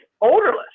odorless